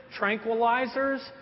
tranquilizers